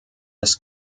des